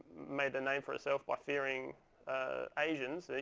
made a name for herself by fearing asians. and